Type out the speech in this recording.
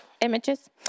images